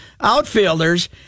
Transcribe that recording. outfielders